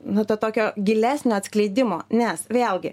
nu to tokio gilesnio atskleidimo nes vėlgi